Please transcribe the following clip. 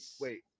Wait